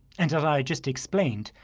and as i just explained,